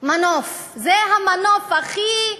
מנוף, זה המנוף הכי,